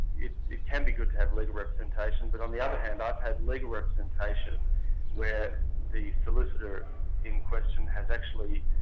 it it can be good to have legal representation but on the other hand i've had legal representation where the solicitor in question has actually